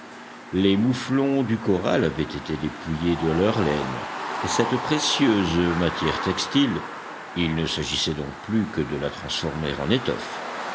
les mouflons du corral avaient été dépouillés de leur laine et cette précieuse matière textile il ne s'agissait donc plus que de la transformer en étoffe